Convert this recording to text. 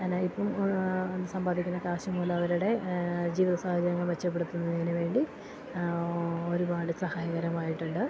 എന്നാ ഇപ്പം സമ്പാദിക്കുന്ന കാശ് മൂല അവരുടെ ജീവിത സാഹചര്യങ്ങൾ മെച്ചപ്പെടുത്തുന്നതിന് വേണ്ടി ഒരുപാട് സഹായകരമായിട്ടുണ്ട്